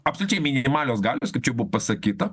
absoliučiai minimalios galios kaip čia buvo pasakyta